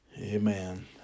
Amen